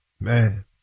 Man